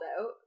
out